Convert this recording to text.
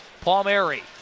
Palmieri